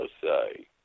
say